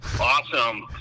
awesome